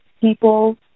People